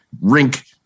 rink